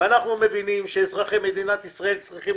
ואנחנו מבינים שאזרחי מדינת ישראל צריכים